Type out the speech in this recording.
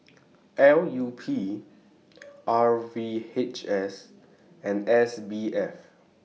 L U P R V H S and S B F